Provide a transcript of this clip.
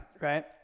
right